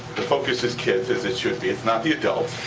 the focus is kids, as it should be. it's not the adults,